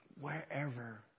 Wherever